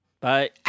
Bye